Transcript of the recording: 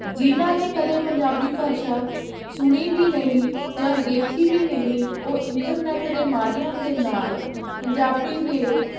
ਜਿਨ੍ਹਾਂ ਨੇ ਕਦੇ ਪੰਜਾਬੀ ਭਾਸ਼ਾ ਸੁਣੀ ਵੀ ਨਹੀਂ ਜਾਂ ਦੇਖੀ ਵੀ ਨਹੀਂ ਉਹ ਇੰਟਰਨੈੱਟ ਦੇ ਮਾਧਿਅਮ ਦੇ ਨਾਲ ਪੰਜਾਬੀ ਦੇ